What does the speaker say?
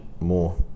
more